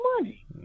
money